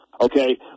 Okay